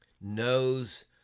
knows